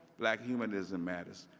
black humanism matters.